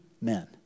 men